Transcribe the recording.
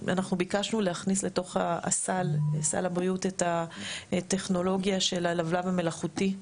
ביקשנו להכניס לתוך סל הבריאות את הטכנולוגיה של הלבלב המלאכותי.